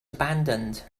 abandoned